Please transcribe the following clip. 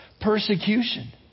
persecution